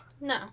No